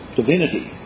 divinity